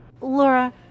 Laura